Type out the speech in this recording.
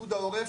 פיקוד העורף,